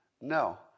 No